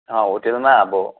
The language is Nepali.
होटलमा अब